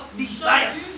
desires